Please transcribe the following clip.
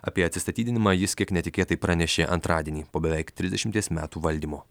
apie atsistatydinimą jis kiek netikėtai pranešė antradienį po beveik trisdešimties metų valdymo